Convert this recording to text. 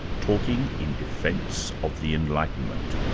talking in defence of the enlightenment.